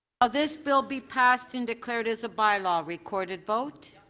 ah this bill be passed and declared as a bylaw, recorded vote.